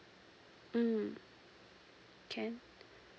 mm can